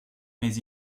mais